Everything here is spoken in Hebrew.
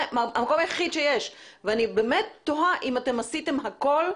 זה המקום היחיד שיש ואני באמת תוהה אם אתם עשיתם הכול,